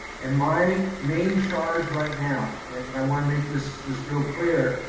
and my main charge right now, and i want to make this this real clear,